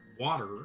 water